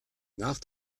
nach